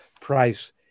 price